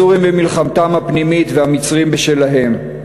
הסורים במלחמתם הפנימית, והמצרים בשלהם.